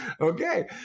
Okay